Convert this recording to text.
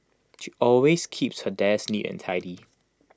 she always keeps her desk neat and tidy